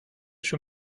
schon